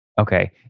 Okay